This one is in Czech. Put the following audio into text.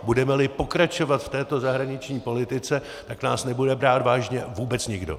Budemeli pokračovat v této zahraniční politice, tak nás nebude brát vážně vůbec nikdo.